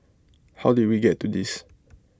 how did we get to this